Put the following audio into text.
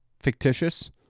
fictitious